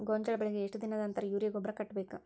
ಗೋಂಜಾಳ ಬೆಳೆಗೆ ಎಷ್ಟ್ ದಿನದ ನಂತರ ಯೂರಿಯಾ ಗೊಬ್ಬರ ಕಟ್ಟಬೇಕ?